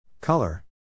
Color